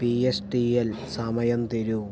P S T L സമയം തരൂ